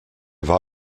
war